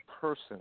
person